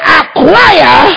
acquire